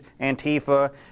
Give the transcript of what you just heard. Antifa